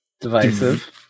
Divisive